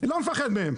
לא מפחד מהם.